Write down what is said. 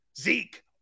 Zeke